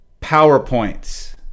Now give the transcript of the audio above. powerpoints